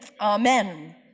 amen